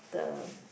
the